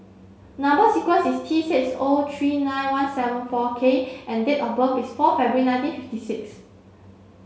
number sequence is T six O three nine one seven four K and date of birth is four February nineteen fifty six